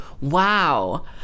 Wow